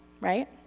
right